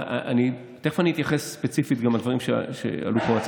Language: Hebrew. תכף אני אתייחס ספציפית גם לדברים שאמרו פה.